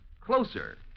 closer